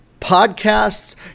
podcasts